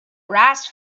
brass